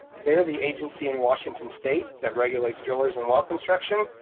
they're the agency in washington state that regulates drillers and well construction,